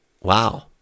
wow